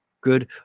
good